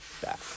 back